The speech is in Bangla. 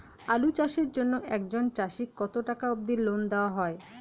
আলু চাষের জন্য একজন চাষীক কতো টাকা অব্দি লোন দেওয়া হয়?